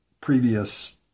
previous